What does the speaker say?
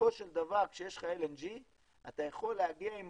בסופו של דבר כשיש לך LNG אתה יכול להגיע עם